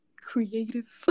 creative